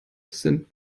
sind